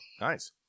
nice